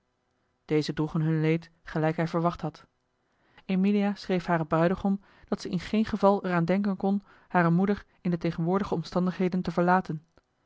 deze droegen hun leed gelijk hij verwacht had emilia schreef haren bruidegom dat ze in geen geval er aan deneli heimans willem roda ken kon hare moeder in de tegenwoordige omstandigheden te verlaten